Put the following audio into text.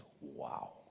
wow